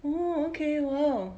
oh okay !wow!